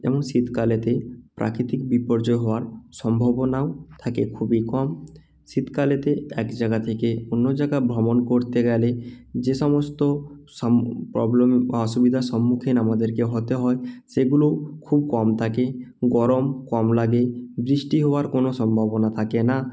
যেমন শীতকালেতে প্রাকৃতিক বিপর্যয় হওয়ার সম্ভাবনাও থাকে খুবই কম শীতকালেতে এক জায়গা থেকে অন্য জায়গা ভ্রমণ করতে গেলে যে সমস্ত সাম প্রবলেম বা অসুবিধার সম্মুখীন আমাদেরকে হতে হয় সেগুলোও খুব কম থাকে গরম কম লাগে বৃষ্টি হওয়ার কোনো সম্ভাবনা থাকে না